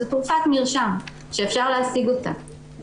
זו תרופת מרשם שאפשר להשיג אותה.